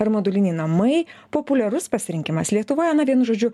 ar moduliniai namai populiarus pasirinkimas lietuvoje na vienu žodžiu